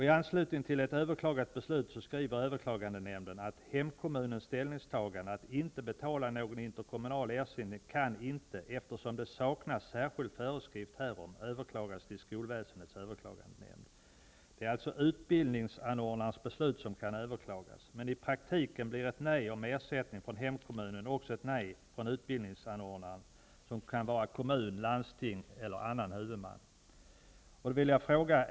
I anslutning till ett överklagat beslut skriver överklagandenämnden att hemkommunens ställningstagande att inte betala någon interkommunal ersättning inte kan överklagas till skolväsendets överklagandenämnd, eftersom det saknas särskild föreskrift härom. Det är alltså utbildningsanordnarens beslut som kan överklagas, men i praktiken blir ett nej från hemkommunen också ett nej från utbildningsanordnaren, som kan vara kommun, landsting eller annan huvudman.